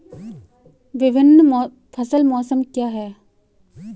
विभिन्न फसल मौसम क्या हैं?